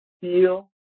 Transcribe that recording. feel